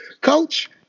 coach